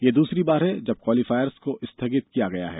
यह दूसरी बार है जब क्वालीफायर्स को स्थगित किया गया है